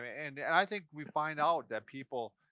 and and i think we find out that people,